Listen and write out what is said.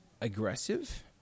aggressive